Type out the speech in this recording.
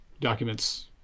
documents